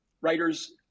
writers